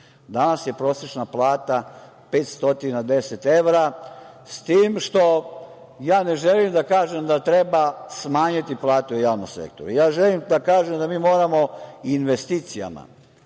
Danas je prosečna plata 510 evra, s tim što ja ne želim da kažem da treba smanjiti platu u javno sektoru. Želim da kažem da mi moramo investicijama,